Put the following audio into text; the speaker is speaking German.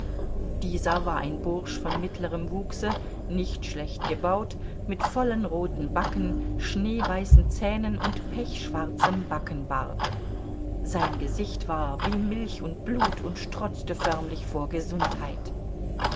dieser war ein bursch von mittlerem wuchse nicht schlecht gebaut mit vollen roten backen schneeweißen zähnen und pechschwarzem backenbart sein gesicht war wie milch und blut und strotzte förmlich vor gesundheit